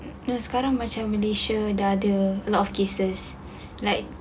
sekarang macam malaysia dah ada lot of cases like